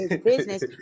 business